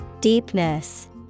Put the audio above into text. Deepness